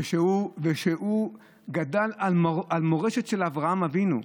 והוא גדל על מורשת אברהם אבינו,